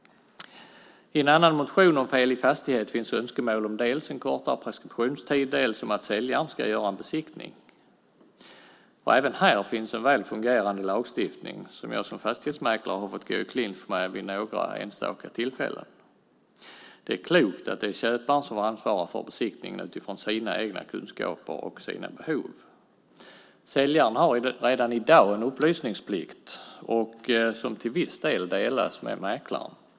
I en annan motion, om fel i fastighet, finns önskemål dels om kortare preskriptionstid, dels om att säljaren ska göra en besiktning. Även här finns det en väl fungerande lagstiftning som jag som fastighetsmäklare har fått gå i clinch med vid några enstaka tillfällen. Det är klokt att det är köparen som får ansvara för besiktningen utifrån sina egna kunskaper och behov. Säljaren har redan i dag en upplysningsplikt som till viss del delas med mäklaren.